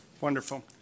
Wonderful